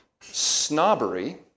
snobbery